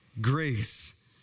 Grace